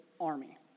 army